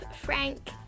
Frank